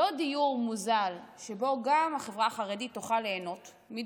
לא דיור מוזל יותר שממנו גם החברה החרדית תוכל ליהנות אבל